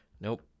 Nope